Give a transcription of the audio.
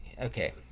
Okay